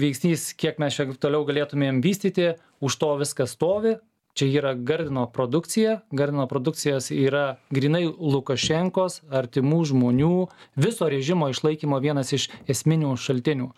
veiksnys kiek mes čia toliau galėtumėm vystyti už to viskas stovi čia yra gardino produkcija gardino produkcijos yra grynai lukašenkos artimų žmonių viso režimo išlaikymo vienas iš esminių šaltinių